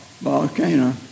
volcano